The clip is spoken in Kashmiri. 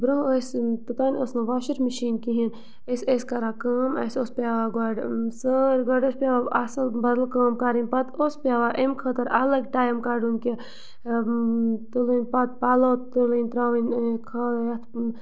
برٛونٛہہ ٲسۍ توٚتام ٲس نہٕ واشَر مِشیٖن کِہیٖنۍ أسۍ ٲسۍ کَران کٲم اَسہِ اوس پٮ۪وان گۄڈٕ گۄڈٕ ٲسۍ پٮ۪وان اَصٕل بَدل کٲم کَرٕنۍ پَتہٕ اوس پٮ۪وان اَمہِ خٲطرٕ الگ ٹایِم کَڑُن کہِ تُلٕنۍ پَتہٕ پَلو تُلٕنۍ ترٛاوٕنۍ یَتھ